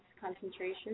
concentration